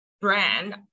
brand